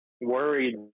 worried